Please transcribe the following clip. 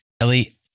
Ellie